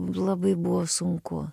labai buvo sunku